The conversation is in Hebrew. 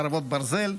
חרבות ברזל)